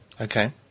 okay